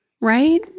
Right